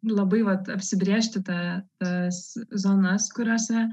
nu labai vat apsibrėžti tą tas zonas kuriose